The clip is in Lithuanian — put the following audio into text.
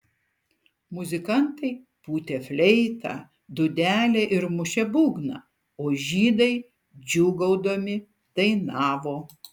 muzikantai pūtė fleitą dūdelę ir mušė būgną o žydai džiūgaudami dainavo